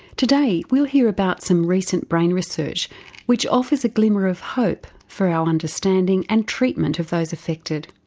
today we'll hear about some recent brain research which offers a glimmer of hope for our understanding and treatment of those affected.